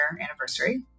anniversary